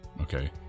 Okay